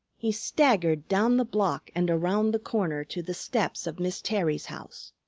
he staggered down the block and around the corner to the steps of miss terry's house.